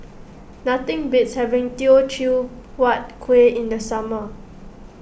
nothing beats having Teochew Huat Kuih in the summer